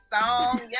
song